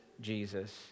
Jesus